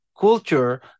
culture